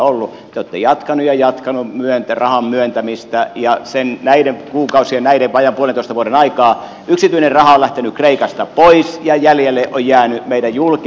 te olette jatkaneet ja jatkaneet rahan myöntämistä ja näiden kuukausien tämän vajaan puolentoista vuoden aikaan yksityinen raha on lähtenyt kreikasta pois ja jäljelle on jäänyt meidän julkinen rahamme